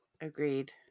agreed